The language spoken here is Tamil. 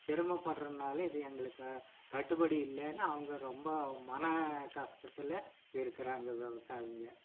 சிரமப்படுறதுனால இது எங்களுக்கு கட்டுப்படி இல்லேன்னு அவங்க ரொம்ப மன கஷ்டத்தில் இருக்கிறாங்க விவசாயிங்கள்